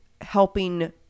helping